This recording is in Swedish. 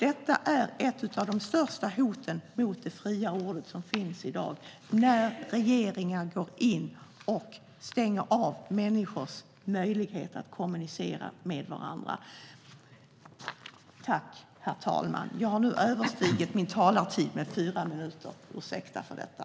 Ett av de största hoten mot det fria ordet i dag är när regeringar går in och stänger av människors möjlighet att kommunicera med varandra. Herr talman! Jag har nu överstigit min talartid med mer än fyra minuter. Jag ber om ursäkt för detta.